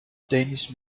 danish